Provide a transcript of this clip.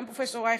גם פרופ' רייכמן,